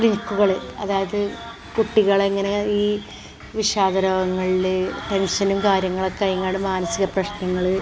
ക്ലിനിക്കുകൾ അതായത് കുട്ടികൾ എങ്ങനെ ഈ വിഷാദ രോഗങ്ങളിൽ ടെൻഷനും കാര്യങ്ങൾ ഒക്കെ ഇങ്ങോട്ട് മാനസിക പ്രശ്നങ്ങൾ